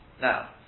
now